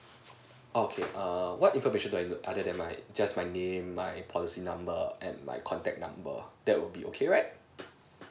okay err what information do I other than my just my name my policy number and my contact number that will be okay right